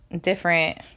different